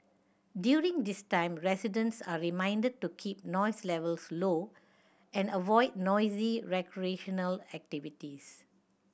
during this time residents are reminded to keep noise levels low and avoid noisy recreational activities